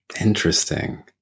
Interesting